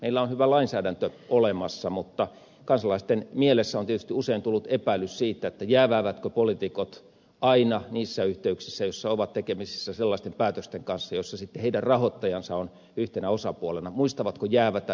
meillä on hyvä lainsäädäntö olemassa mutta kansalaisten mieleen on tietysti usein tullut epäilys siitä muistavatko poliitikot aina niissä yhteyksissä joissa ovat tekemisissä sellaisten päätösten kanssa joissa sitten heidän rahoittajansa on yhtenä osapuolena jäävätä itseään